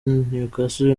newcastle